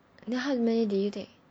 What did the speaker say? then how many did you take